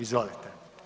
Izvolite.